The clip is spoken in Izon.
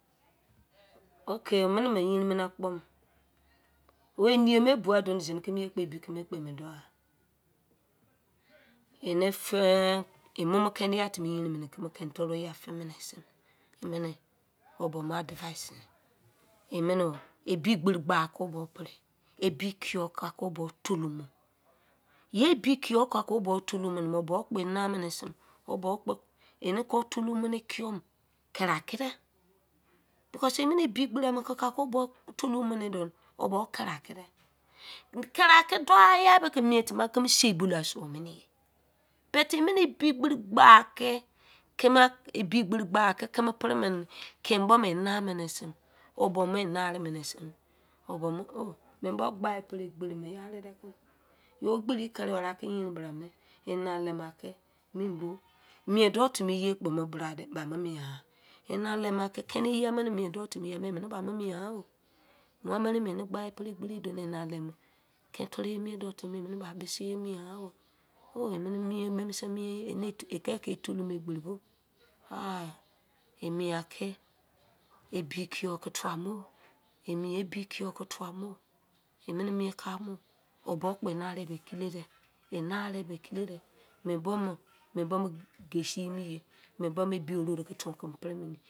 Okey. Womini mị yerin mịnị akpo mi wo iniye mị ebugha duoni zini kimi ye kpo ebi kumo ị mụ dọugha. Emọmọ kẹni yọ a timi yerin mịnị kịmị keni-toruoya fi mini sẹ emini obọ mị advaise. Emini ebi egberi gba aki o boo pri. Ebi ekiyọu kon aki o bọọ tolumọ. Ye ebi ekiyọụụ kọn aki o bọọ tolu mọ mini mẹ, o boo kpọ e na mini se eni kọ o tolomo mini ikiyọu kẹri akị dẹ bikas emini ebi egberi ama ki kị kọ o boo tolumo mịnịi duo ni o bọọ kẹri akị dẹ kerị akị dọụgha yaịbo kị mịẹn timi aki mu sei bulou a sụọ mini yẹ. But emịnị ebi egbaeri gba akị kimi pri mịnị ni kịmịbọ mị e na mịnị sẹm o bọ mi e nị ari mịnị sẹm o bo mị o! Mịị bọọ gba ị prị egbari mị ye arị dẹ kị ton. Ye egberii kerị weri akị yerin bra mẹ ịnị alẹịmọ akị memi bo mịẹn dou timi yee kpọ bo mọ bra dẹ ba mụ mioengha mịẹn dọụ timi ye ma nị ị mien